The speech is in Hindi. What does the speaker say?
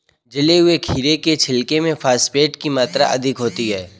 जले हुए खीरे के छिलके में फॉस्फेट की मात्रा अधिक होती है